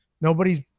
nobody's